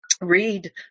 read